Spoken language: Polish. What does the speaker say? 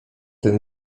tym